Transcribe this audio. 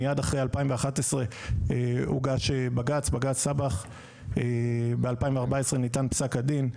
מיד אחרי 2011 הוגש בג"צ, ב-2014 ניתן פסק הדין.